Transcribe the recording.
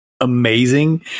amazing